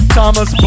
Thomas